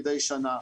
מדי שנה,